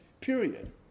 Period